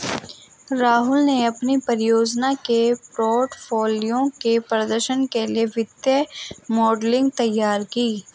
राहुल ने अपनी परियोजना के पोर्टफोलियो के प्रदर्शन के लिए वित्तीय मॉडलिंग तैयार की